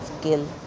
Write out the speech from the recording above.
skill